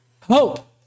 hope